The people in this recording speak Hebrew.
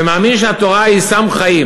ומאמין שהתורה היא סם חיים,